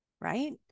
right